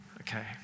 okay